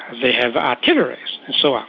they have artillery and so on.